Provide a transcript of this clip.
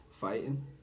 Fighting